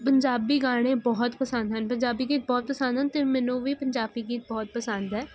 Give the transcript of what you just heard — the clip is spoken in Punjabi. ਪੰਜਾਬੀ ਗਾਣੇ ਬਹੁਤ ਪਸੰਦ ਹਨ ਪੰਜਾਬੀ ਗੀਤ ਬਹੁਤ ਪਸੰਦ ਹਨ ਅਤੇ ਮੈਨੂੰ ਵੀ ਪੰਜਾਬੀ ਗੀਤ ਬਹੁਤ ਪਸੰਦ ਹੈ